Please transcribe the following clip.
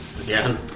Again